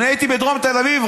אני הייתי בדרום תל אביב,